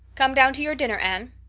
come down to your dinner, anne.